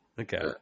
okay